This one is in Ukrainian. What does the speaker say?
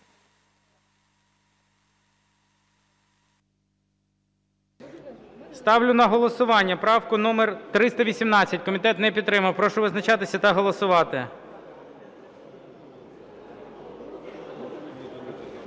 Ставлю на голосування правку номер 318. Комітет не підтримав. Прошу визначатися та голосувати.